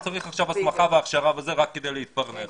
צריך עכשיו הסמכה והכשרה - רק כדי להתפרנס.